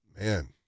man